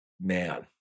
man